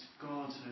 God